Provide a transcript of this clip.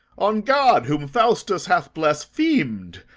on god, whom faustus hath blasphemed!